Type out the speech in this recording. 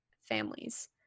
families